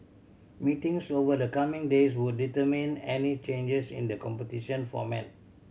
meetings over the coming days would determine any changes in the competition format